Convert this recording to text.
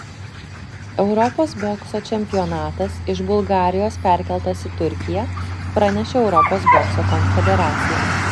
europos bokso čempionatas iš bulgarijos perkeltas į turkiją pranešė europos bokso konfederacija